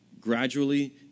gradually